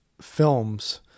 films